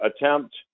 attempt